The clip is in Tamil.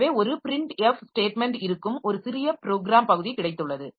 எனவே ஒரு printf ஸ்டேட்மென்ட் இருக்கும் ஒரு சிறிய ப்ரோக்ராம் பகுதி கிடைத்துள்ளது